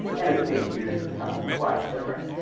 and it's been used for something quite different.